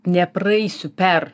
nepraeisiu per